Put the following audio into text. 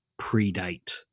predate